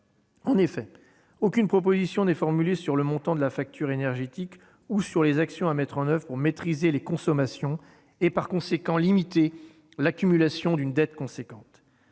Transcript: En effet, aucune proposition n'est formulée sur le montant de la facture énergétique ou sur les actions à mettre en oeuvre pour maîtriser les consommations et, par conséquent, limiter l'accumulation d'une dette substantielle.